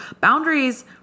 boundaries